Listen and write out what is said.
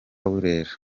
burera